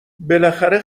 بالاخره